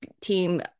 team